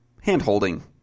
hand-holding